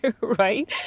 right